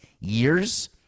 years